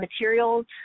materials